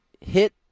hit